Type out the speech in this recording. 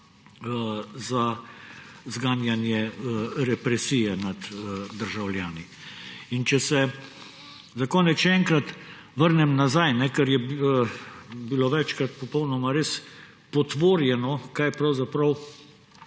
za zganjanje represije nad državljani. In če se za konec še enkrat vrnem nazaj, ker je bilo večkrat res popolnoma potvorjeno, kaj pravzaprav